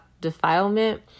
defilement